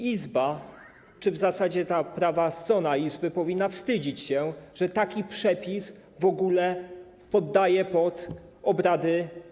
Izba, w zasadzie prawa strona Izby, powinna wstydzić się, że taki przepis w ogóle poddaje pod obrady.